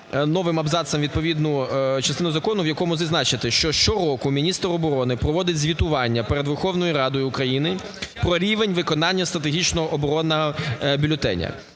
новим абзацом відповідну частину закону, в якому зазначити, що щороку міністр оброни проводить звітування перед Верховною Радою України про рівень виконання стратегічного оборонного бюлетеня.